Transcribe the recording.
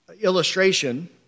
illustration